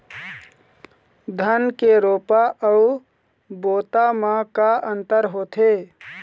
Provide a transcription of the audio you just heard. धन के रोपा अऊ बोता म का अंतर होथे?